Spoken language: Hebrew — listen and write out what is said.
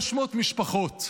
600 משפחות.